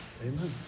Amen